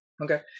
okay